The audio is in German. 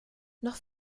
noch